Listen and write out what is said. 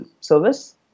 service